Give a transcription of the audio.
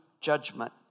judgment